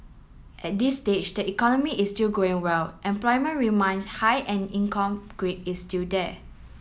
at this stage the economy is still growing well employment reminds high and income is still there